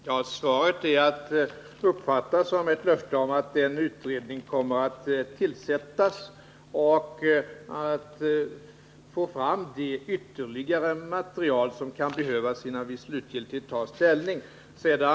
Herr talman! Svaret är att uppfatta som ett löfte om att en utredning kommer att tillsättas och att man skall försöka få fram det ytterligare material som kan behövas innan slutgiltig ställning tas.